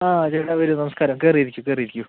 ആ ചേട്ടാ വരൂ നമസ്കാരം കയറി ഇരിക്കൂ കയറി ഇരിക്കൂ